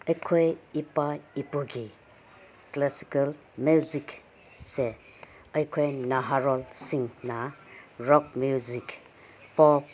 ꯑꯩꯈꯣꯏ ꯏꯄꯥ ꯏꯄꯨꯒꯤ ꯀ꯭ꯂꯥꯁꯤꯀꯦꯜ ꯃ꯭ꯌꯨꯖꯤꯛꯁꯦ ꯑꯩꯈꯣꯏ ꯅꯍꯥꯔꯣꯜꯁꯤꯡꯅ ꯔꯣꯛ ꯃ꯭ꯌꯨꯖꯤꯛ ꯄꯣꯞ